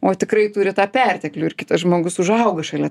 o tikrai turi tą perteklių ir kitas žmogus užaugo šalia